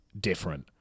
different